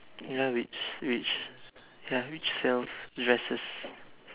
ya which which ya which sells dresses